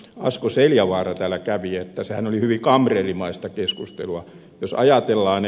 asko seljavaara täällä kävi sehän oli hyvin kamreerimaista keskustelua jos ajatellaan